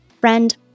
Friend